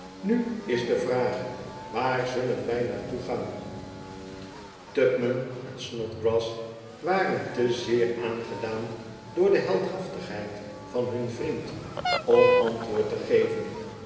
nu is de vraag waar zullen wij naar toe gaan tupman en snodgrass waren te zeer aangedaan door de heldhaftigheid van hun vriend om antwoord te geven